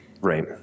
Right